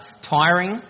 tiring